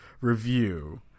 review